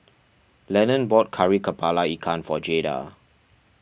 Lennon bought Kari Kepala Ikan for Jaeda